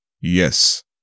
yes